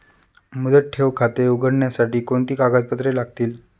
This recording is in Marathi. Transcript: मुदत ठेव खाते उघडण्यासाठी कोणती कागदपत्रे लागतील?